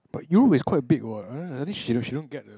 but you know it's quite big what right I think she don't she don't get the